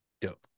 Dope